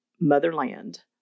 Motherland